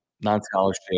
non-scholarship